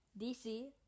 dc